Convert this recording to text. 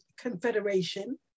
confederation